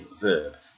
verb